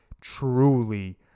truly